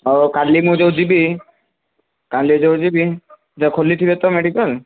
ହଉ କାଲି ମୁଁ ଯେଉଁ ଯିବି କାଲି ଯେଉଁ ଯିବି ଖୋଲିଥିବେ ତ ମେଡ଼ିକାଲ